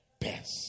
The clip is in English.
best